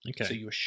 Okay